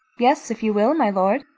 yes, if you will, my lord.